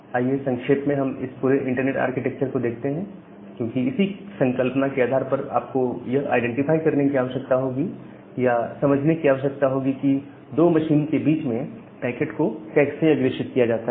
आइए संक्षेप में हम इस पूरे इंटरनेट आर्किटेक्चर को देखते हैं क्योंकि इसी संकल्पना के आधार पर आपको यह आईडेंटिफाई करने की आवश्यकता होगी या समझने की आवश्यकता होगी कि दो मशीन के बीच में पैकेट को कैसे अग्रेषित किया जाता है